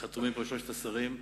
חתומים פה שלושת השרים: